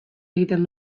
egiten